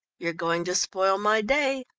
you're going to spoil my day.